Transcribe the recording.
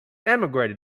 emigrated